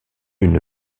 une